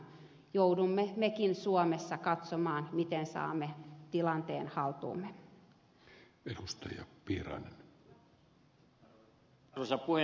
joudumme mekin suomessa katsomaan miten saamme tilanteen haltuumme